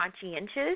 conscientious